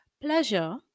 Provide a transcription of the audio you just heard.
pleasure